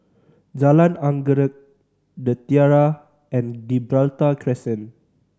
Jalan Anggerek The Tiara and Gibraltar Crescent